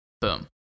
Boom